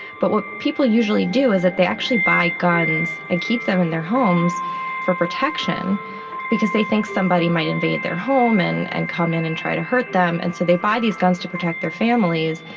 but what people usually do is that they actually buy guns and keep them in their homes for protection because they think somebody might invade their home and and come in and try to hurt them, and so they buy these guns to protect their families,